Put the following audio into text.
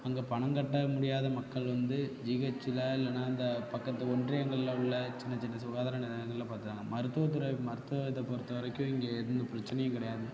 அங்கே பணம் கட்ட முடியாத மக்கள் வந்து ஜிஹெச்சில் இல்லைனா இந்த பக்கத்து ஒன்றியங்களில் உள்ள சின்ன சின்ன சுகாதார நிலையங்களில் பார்த்துக்குறாங்க மருத்துவத் துறை மருத்துவத்தை பொறுத்தவரைக்கும் இங்கே எந்த பிரச்னையும் கிடையாது